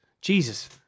Jesus